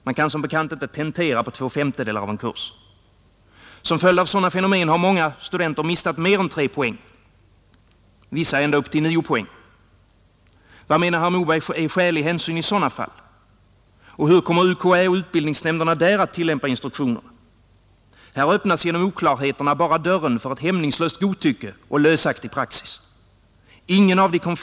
Man kan som bekant inte tentera på två femtedelar av en kurs, Som följd av sådana fenomen har många studenter mistat mer än 3 poäng, vissa ända upp till 9 poäng. Vad menar herr Moberg är skälig hänsyn i sådana fall? Här öppnas genom oklarheterna bara dörren för ett hämningslöst godtycke och lösaktig praxis.